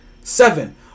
Seven